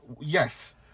Yes